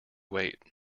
wait